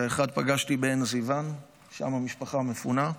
את האחד פגשתי בעין זיוון, לשם המשפחה מפונה.